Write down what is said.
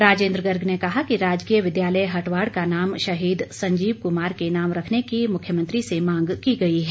राजेन्द्र गर्ग ने कहा कि राजकीय विद्यालय हटवाड़ का नाम शहीद संजीव कुमार के नाम रखने की मुख्यमंत्री से मांग की गई है